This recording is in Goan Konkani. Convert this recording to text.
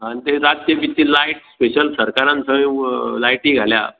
आनी थंय रातचें बितचें लायट स्पेशल सरकारान थंय लायटी घाल्या